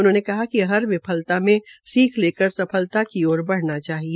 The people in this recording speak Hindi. उन्होंने कहा कि हर विफलता से सीख लेकर सफलता की ओर बढ़ना चाहिए